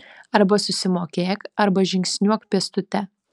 arba susimokėk arba žingsniuok pėstute